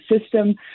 system